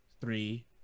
three